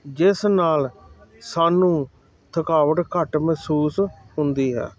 ਜਿਸ ਨਾਲ ਸਾਨੂੰ ਥਕਾਵਟ ਘੱਟ ਮਹਿਸੂਸ ਹੁੰਦੀ ਹੈ